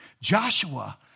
Joshua